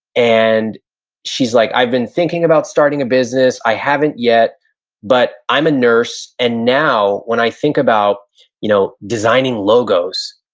and she's like, i've been thinking about starting a business. i haven't yet but i'm a nurse. and now, when i think about you know designing logos,